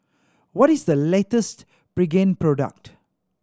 what is the latest Pregain product